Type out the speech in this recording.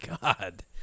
God